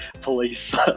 police